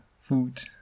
food